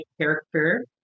character